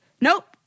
nope